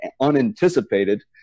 unanticipated